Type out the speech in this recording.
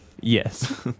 Yes